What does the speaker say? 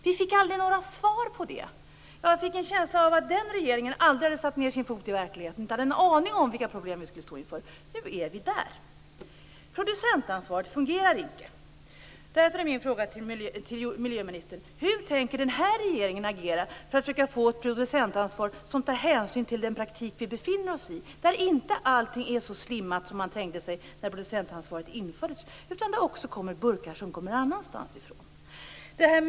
Vi fick aldrig några svar på våra frågor. Jag fick en känsla av att den regeringen aldrig hade satt sin fot i verkligheten. Man hade inte en aning om vilka problem vi skulle komma att stå inför. Nu är vi där! Producentansvaret fungerar icke. Därför är min fråga till jordbruksministern: Hur tänker den här regeringen agera för att försöka få ett producentansvar som innebär att hänsyn tas till den praktik vi befinner oss i där allt inte är så slimmat som man tänkte sig då producentansvaret infördes utan där det också finns burkar som kommer från annat håll?